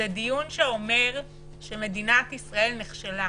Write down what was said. זה דיון שאומר שמדינת ישראל נכשלה.